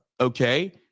okay